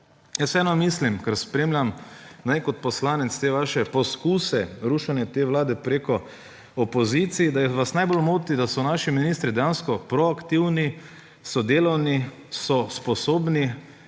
Jaz vseeno mislim, ker spremljam kot poslanec te vaše poskuse rušenja te vlade preko opozicije, da vas najbolj moti, da so naši ministri dejansko proaktivni, so delavni, so sposobni,